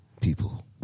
people